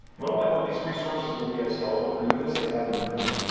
well, i hope these resources will be as helpful for you as they have been for me.